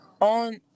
on